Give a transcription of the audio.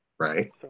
Right